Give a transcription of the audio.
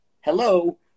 hello